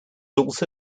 also